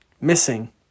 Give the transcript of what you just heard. missing